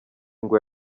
ngo